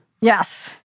Yes